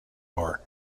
bar